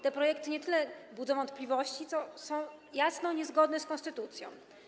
Te projekty nie tyle budzą wątpliwości, ile są jasno niezgodne z konstytucją.